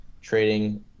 trading